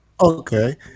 Okay